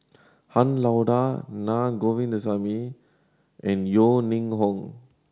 Han Lao Da Naa Govindasamy and Yeo Ning Hong